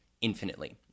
infinitely